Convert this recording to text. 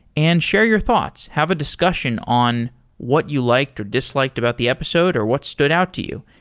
and share your thoughts. have a discussion on what you liked or disliked about the episode or what stood out to you.